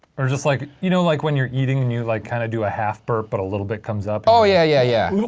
or like you know like when you're eating and you like kind of do a half burp but a little bit comes up? oh yeah, yeah, yeah.